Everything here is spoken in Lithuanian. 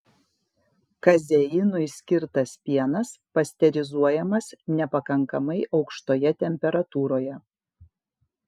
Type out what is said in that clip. kazeinui skirtas pienas pasterizuojamas nepakankamai aukštoje temperatūroje